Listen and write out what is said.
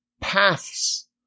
paths